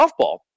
softball